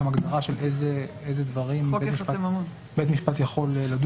יש שם הגדרה של איזה דברים בית משפט יכול לדון בהם.